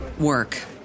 work